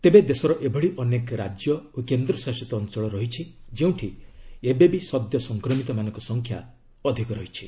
ତେବେ ଦେଶର ଏଭଳି ଅନେକ ରାଜ୍ୟ ଓ କେନ୍ଦ୍ରଶାସିତ ଅଞ୍ଚଳ ଅଛି ଯେଉଁଠି ଏବେବି ସଦ୍ୟ ସଂକ୍ରମିତମାନଙ୍କ ସଂଖ୍ୟା ଅଧିକ ରହିଛି